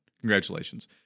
congratulations